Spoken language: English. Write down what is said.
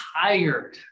tired